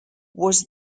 was